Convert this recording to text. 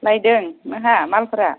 लायदों नोंहा मालफोरा